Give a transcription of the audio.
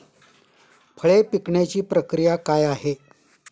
फळे पिकण्याची प्रक्रिया काय आहे?